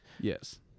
Yes